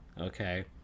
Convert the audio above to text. okay